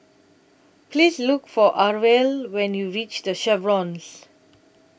Please Look For Arvel when YOU REACH The Chevrons